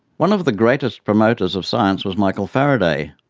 one of the greatest promoters of science was michael faraday,